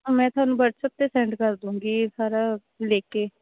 ਮੈਂ ਤੁਹਾਨੂੰ ਵੱਟਸਅੱਪ 'ਤੇ ਸੈਂਡ ਕਰਦੂੰਗੀ ਸਾਰਾ ਲਿਖ ਕੇ